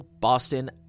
Boston